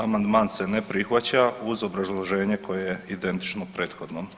Amandman se ne prihvaća uz obrazloženje koje je identično prethodnom.